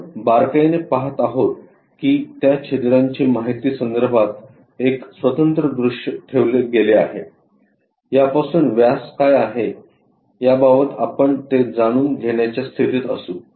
आपण बारकाईने पहात आहोत की त्या छिद्रांची माहिती संदर्भात एक स्वतंत्र दृश्य ठेवले गेले आहे यापासून व्यास काय आहे याबाबत आपण ते जाणून घेण्याच्या स्थितीत असू